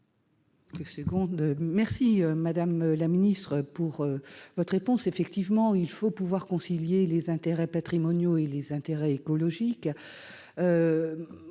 merci madame la Ministre pour votre réponse, effectivement, il faut pouvoir concilier les intérêts patrimoniaux et les intérêts écologiques,